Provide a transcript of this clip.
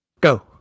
go